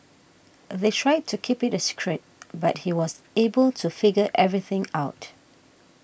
they tried to keep it a secret but he was able to figure everything out